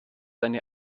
eine